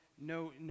no